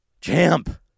Champ